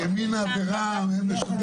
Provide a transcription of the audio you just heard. הביטחון.